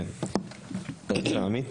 כן, עמית?